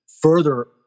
further